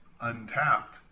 untapped